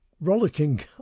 rollicking